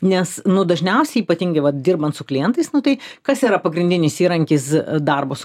nes nu dažniausiai ypatingai va dirbant su klientais nu tai kas yra pagrindinis įrankis darbo su